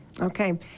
okay